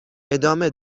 ادامه